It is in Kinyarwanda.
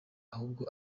ahubwo